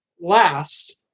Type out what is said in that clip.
last